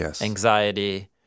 anxiety